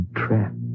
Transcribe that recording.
trap